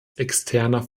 externer